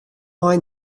mei